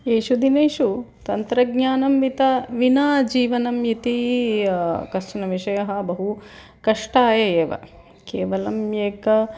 येषु दिनेषु तन्त्रज्ञानं विना विना जीवनं इति कश्चन विषयः बहु कष्टाय एव केवलम् एकम्